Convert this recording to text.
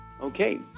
Okay